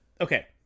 okay